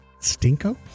Stinko